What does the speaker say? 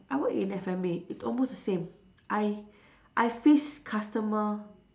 I work in F&B it almost the same I I face customer